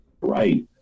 right